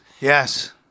Yes